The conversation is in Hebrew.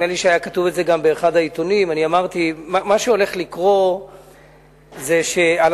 ונדמה לי שזה היה כתוב גם באחד העיתונים: מה שהולך לקרות זה שעל